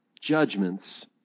judgments